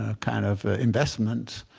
ah kind of, investments.